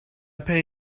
pay